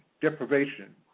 deprivation